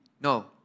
No